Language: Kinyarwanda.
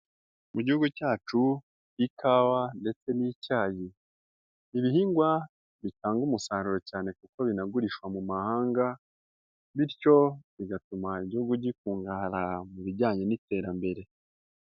Mu Gihugu cyacu ikawa ndetse n'icyayi, ibihingwa bitanga umusaruro cyane kuko binagurishwa mu mahanga, bityo bigatuma Igihugu gikungahara mu bijyanye n'iterambere.